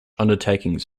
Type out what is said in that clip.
undertakings